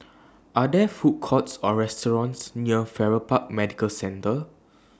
Are There Food Courts Or restaurants near Farrer Park Medical Centre